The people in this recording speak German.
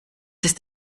ist